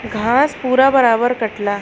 घास पूरा बराबर कटला